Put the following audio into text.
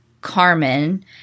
Carmen